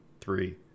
three